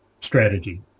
strategy